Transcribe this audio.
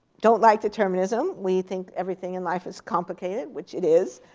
don't like determinism. we think everything in life is complicated, which it is.